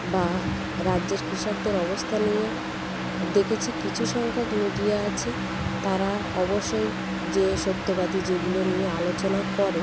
বা রাজ্যের কৃষকদের অবস্থা নিয়ে দেখেছি কিছু সংখ্যক মিডিয়া আছে তারা অবশ্যই যে সত্যবাদী যেগুলো নিয়ে আলোচনা করে